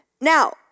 Now